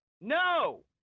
No